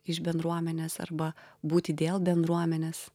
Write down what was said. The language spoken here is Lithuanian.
iš bendruomenės arba būti dėl bendruomenės